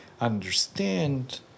understand